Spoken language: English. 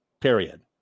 Period